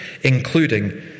including